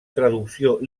traducció